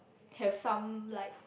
have some like